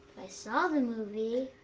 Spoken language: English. i saw the movie,